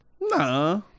Nah